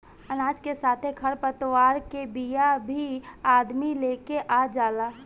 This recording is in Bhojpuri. अनाज के साथे खर पतवार के बिया भी अदमी लेके आ जाला